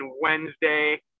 Wednesday